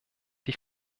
die